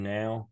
now